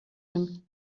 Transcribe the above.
him